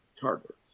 targets